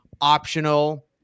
optional